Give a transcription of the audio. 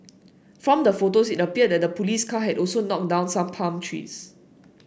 from the photos it appeared that the police car had also knocked down some palm trees